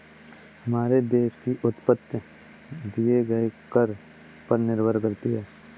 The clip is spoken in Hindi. हमारे देश की उन्नति दिए गए कर पर निर्भर करती है